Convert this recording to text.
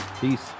Peace